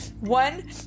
One